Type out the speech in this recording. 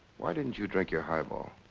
why didn't you drink your highball?